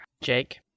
Jake